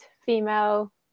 female